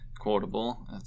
quotable